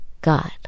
God